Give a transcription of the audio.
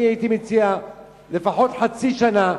אני הייתי מציע לפחות חצי שנה.